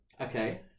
Okay